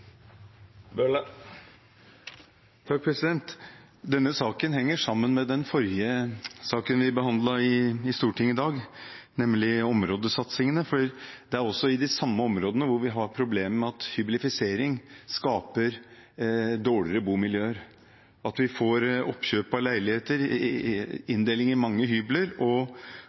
forrige saken vi behandlet i Stortinget i dag, nemlig områdesatsingene, for det er i de samme områdene hvor vi har problemer med at hyblifisering skaper dårligere bomiljøer. At vi får oppkjøp av leiligheter og inndeling i mange hybler,